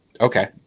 okay